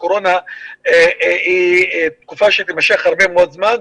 קורונה היא תקופה שתימשך הרבה זמן.